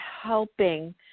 helping